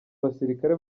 basirikare